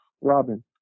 Robin